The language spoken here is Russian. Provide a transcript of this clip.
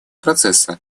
процесса